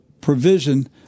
provision